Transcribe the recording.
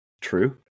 True